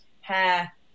hair